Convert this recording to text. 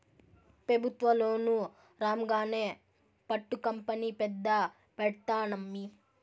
పెబుత్వ లోను రాంగానే పట్టు కంపెనీ పెద్ద పెడ్తానమ్మీ